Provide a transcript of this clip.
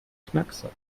knackser